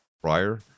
prior